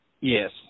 Yes